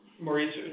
Maurice